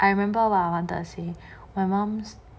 I remember what I wanted to say my mums